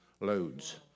Loads